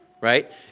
right